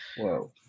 whoa